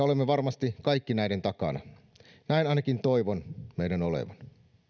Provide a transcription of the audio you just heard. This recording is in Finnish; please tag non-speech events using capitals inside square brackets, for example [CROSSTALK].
[UNINTELLIGIBLE] olemme varmasti kaikki näiden takana näin ainakin toivon meidän olevan